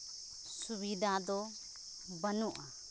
ᱥᱩᱵᱤᱫᱟ ᱫᱚ ᱵᱟᱹᱱᱩᱜᱼᱟ